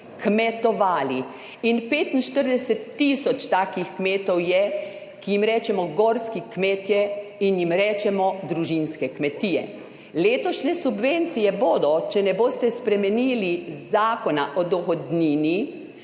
kmetovali. 45 tisoč takih kmetov je, ki jim rečemo gorski kmetje in jim rečemo družinske kmetije. Letošnje subvencije bodo, če ne boste spremenili Zakona o dohodnini,